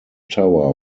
tower